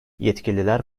yetkililer